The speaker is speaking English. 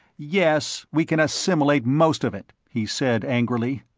yes, we can assimilate most of it, he said angrily.